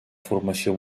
formació